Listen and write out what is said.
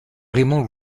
raymond